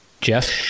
jeff